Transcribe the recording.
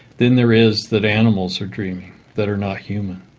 than there is that animals are dreaming that are not human.